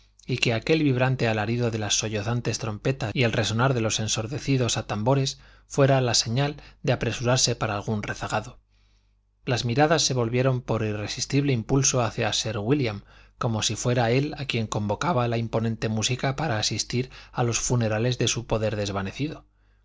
y que aquel vibrante alarido de las sollozantes trompetas y el resonar de los ensordecidos a tambores fuera la señal de apresurarse para algún rezagado las miradas se volvieron por irresistible impulso hacia sir wílliam como si fuera él a quien convocaba la imponente música para asistir a los funerales de su poder desvanecido